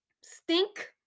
stink